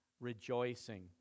rejoicing